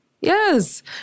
Yes